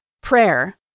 prayer